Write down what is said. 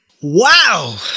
Wow